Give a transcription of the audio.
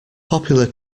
popular